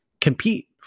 compete